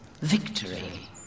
victory